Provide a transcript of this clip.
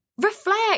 reflect